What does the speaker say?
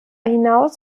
hinaus